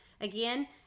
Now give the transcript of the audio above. Again